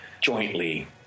jointly